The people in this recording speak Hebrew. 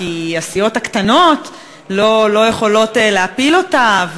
כי הסיעות הקטנות לא יכולות להפיל אותה.